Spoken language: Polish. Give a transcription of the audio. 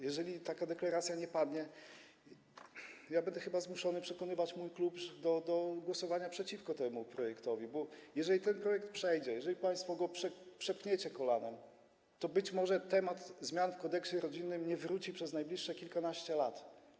Jeżeli taka deklaracja nie padnie, będę chyba zmuszony przekonywać mój klub do głosowania przeciwko temu projektowi, bo jeżeli ten projekt przejdzie, jeżeli państwo go przepchniecie kolanem, to być może temat zmian w Kodeksie rodzinnym nie wróci przez najbliższych kilkanaście lat.